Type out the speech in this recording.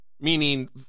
meaning